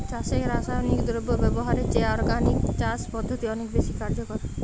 চাষে রাসায়নিক দ্রব্য ব্যবহারের চেয়ে অর্গানিক চাষ পদ্ধতি অনেক বেশি কার্যকর